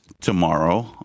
tomorrow